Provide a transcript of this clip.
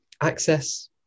access